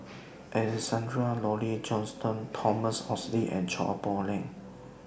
Alexander Laurie Johnston Thomas Oxley and Chua Poh Leng